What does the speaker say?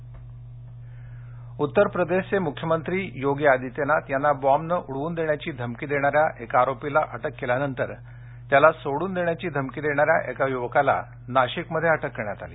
धमकी नाशिक उत्तर प्रदेशचे मुख्यमंत्री योगी आदित्यनाथ यांना बॉम्बने उडवून देण्याची धमकी देणाऱ्या एका आरोपीला अटक केल्यानंतर त्याला सोडून देण्याची धमकी देणाऱ्या एका युवकाला नाशिकमध्ये अटक करण्यात आली